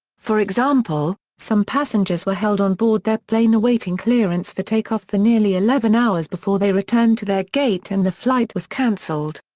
for example, some passengers were held on board their plane awaiting clearance for take off for nearly eleven hours before they returned to their gate and the flight was cancelled.